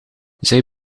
zij